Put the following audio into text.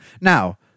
Now